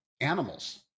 animals